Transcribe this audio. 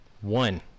One